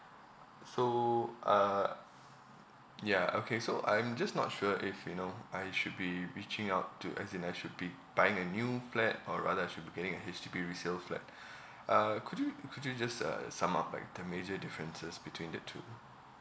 so uh ya okay so I'm just not sure if you know I should be reaching out to as in I should be buying a new flat or rather I should be getting a H_D_B resale flat uh could you could you just uh sum up like the major differences between the two